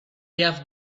have